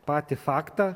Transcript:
patį faktą